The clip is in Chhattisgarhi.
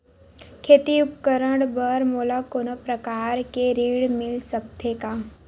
खेती उपकरण बर मोला कोनो प्रकार के ऋण मिल सकथे का?